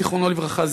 זיכרונו לברכה,